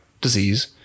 disease